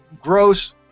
gross